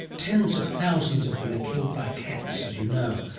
tens of thousands of them are killed by cats, as you know.